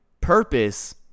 Purpose